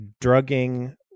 drugging